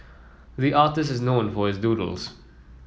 the artist is known for his doodles